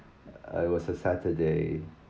it was a saturday